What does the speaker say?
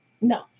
No